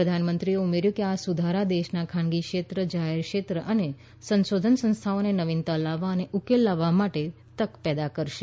પ્રધાનમંત્રીએ ઉમેર્યું કે આ સુધારા દેશના ખાનગી ક્ષેત્રજાહેર ક્ષેત્ર અને સંશોધન સંસ્થાઓને નવીનતા લાવવા અને ઉકેલ લાવવા માટે તક પેદા કરશે